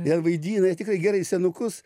ir vaidina jie tikrai gerai senukus